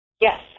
Yes